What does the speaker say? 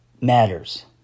matters